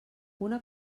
una